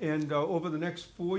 and go over the next four